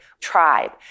tribe